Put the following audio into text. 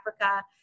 Africa